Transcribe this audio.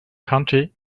country